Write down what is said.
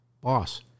boss